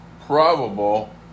probable